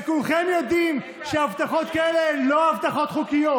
וכולכם יודעים שהבטחות כאלה אינן הבטחות חוקיות,